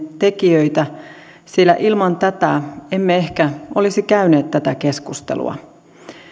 tekijöitä sillä ilman tätä emme ehkä olisi käyneet tätä keskustelua